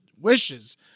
wishes